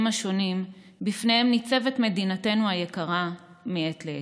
השונים בפניהם ניצבת מדינתנו היקרה מעת לעת.